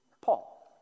Paul